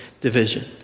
division